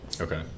Okay